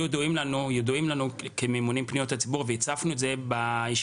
ידועים לנו כממונים על פניות הציבור והצפנו אותם בישיבות